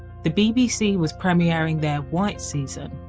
the bbc was premiering their white season,